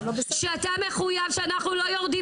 שאתה מחויב שאנחנו לא יורדים